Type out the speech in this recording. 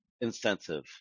incentive